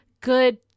good